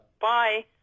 Bye